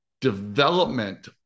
development